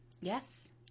Yes